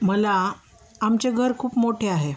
मला आमचे घर खूप मोठे आहे